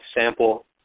sample